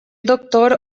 doctor